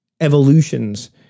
evolutions